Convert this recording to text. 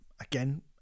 again